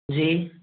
जी